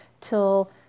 till